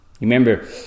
Remember